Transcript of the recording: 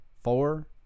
four